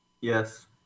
Yes